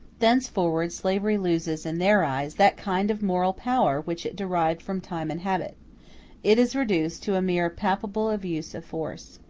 thenceforward slavery loses, in their eyes, that kind of moral power which it derived from time and habit it is reduced to a mere palpable abuse of force.